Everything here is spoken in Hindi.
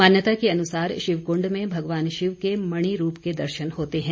मान्यता के अनुसार शिवकुंड में भगवान शिव के मणि रूप के दर्शन होते हैं